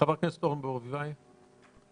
חברת הכנסת אורנה ברביבאי, בבקשה.